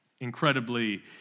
Incredibly